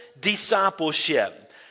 discipleship